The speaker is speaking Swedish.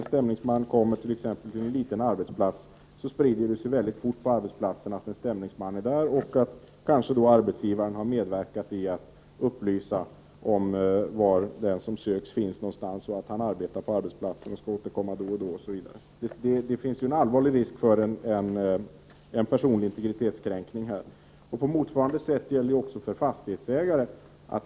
Om stämningsmannen exempelvis kommer till en liten arbetsplats, så sprider det sig väldigt fort på arbetsplatsen att en stämningsman är där och att arbetsgivaren kanske medverkat till att upplysa om var den man söker finns någonstans samt lämnat uppgift om att han skall återkomma vid den eller den tiden till arbetsplatsen. Det finns allvarlig risk för en personlig integritetskränkning här. På motsvarande sätt är det när det gäller fastighetsägare.